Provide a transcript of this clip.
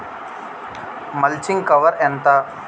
Mulching cover ఎంత?